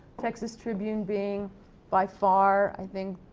texas tribune being by far, i think,